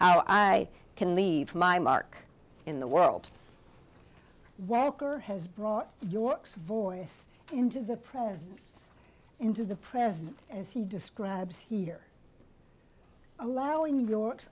i can leave my mark in the world where girl has brought york's voice into the presence into the present as he describes here allowing york's